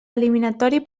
eliminatori